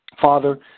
Father